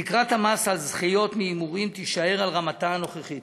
תקרת המס על זכיות מהימורים תישאר ברמתה הנוכחית,